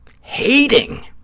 hating